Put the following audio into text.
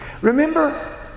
Remember